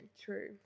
True